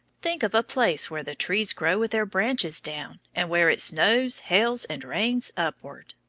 think of a place where the trees grow with their branches down, and where it snows, hails, and rains upward!